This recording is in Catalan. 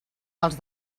els